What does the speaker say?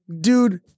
Dude